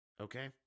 Okay